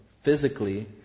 physically